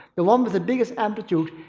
the one with the biggest amplitude,